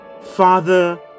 Father